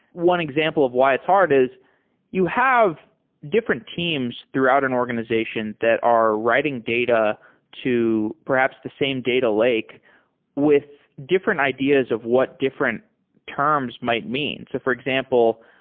one example of why it's hard is you have different teams throughout an organization that are writing data to perhaps the same data lake with different idea of what different terms might mean. so for example,